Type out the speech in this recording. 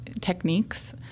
techniques